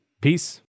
Peace